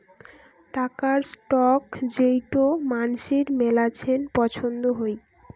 টাকার স্টক যেইটো মানসির মেলাছেন পছন্দ হই